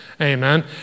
amen